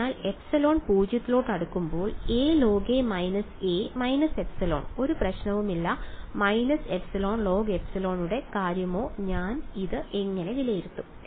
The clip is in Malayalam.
അതിനാൽ ε → 0 alog − a − ε ഒരു പ്രശ്നവുമില്ല − εlogε യുടെ കാര്യമോ ഞാൻ ഇത് എങ്ങനെ വിലയിരുത്തും